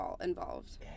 involved